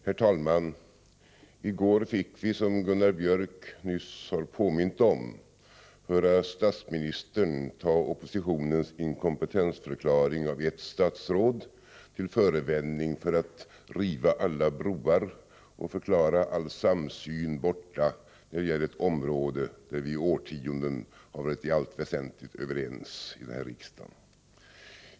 Herr talman! I går fick vi, som Gunnar Biörck i Värmdö nyss har påmint om, höra statsministern ta oppositionens inkompetensförklaring av ett statsråd till förevändning för att riva alla broar och förklara all samsyn borta när det gäller ett område där vi i årtionden varit i allt väsentligt överens i denna riksdag.